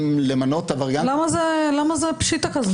למנות עבריין --- למה זה פשיטא כזאת?